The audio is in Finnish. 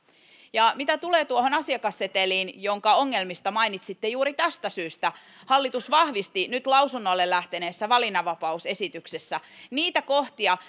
ja mitä tulee tuohon asiakasseteliin jonka ongelmista mainitsitte niin juuri tästä syystä hallitus vahvisti nyt lausunnolle lähteneessä valinnanvapausesityksessä niitä kohtia